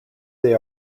they